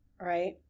right